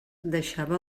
deixava